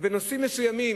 ובנושאים מסוימים,